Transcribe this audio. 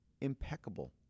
impeccable